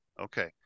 okay